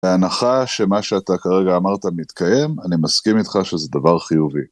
בהנחה שמה שאתה כרגע אמרת מתקיים, אני מסכים איתך שזה דבר חיובי.